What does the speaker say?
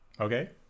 Okay